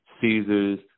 Caesars